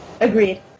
Agreed